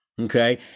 Okay